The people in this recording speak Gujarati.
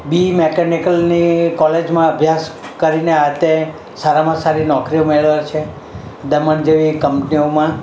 બીઈ મિકેનિકલની કોલેજમાં અભ્યાસ કરીને સારામાં સારી નોકરીઓ મેળવે છે દમન જેવી કંપનીઓમાં